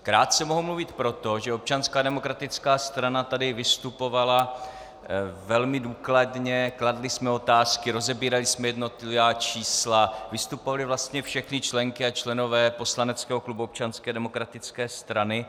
Krátce mohu mluvit proto, že Občanská demokratická strana tady vystupovala velmi důkladně, kladli jsme otázky, rozebírali jsme jednotlivá čísla, vystupovali vlastně všechny členky a členové poslaneckého klubu Občanské demokratické strany.